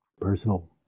personal